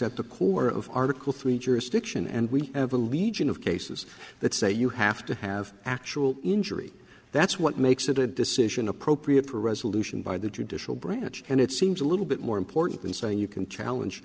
as at the core of article three jurisdiction and we have a legion of cases that say you have to have actual injury that's what makes it a decision appropriate for resolution by the judicial branch and it seems a little bit more important than saying you can challenge